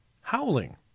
howling